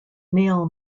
neal